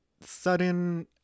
sudden